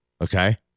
Okay